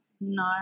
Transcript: No